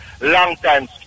long-time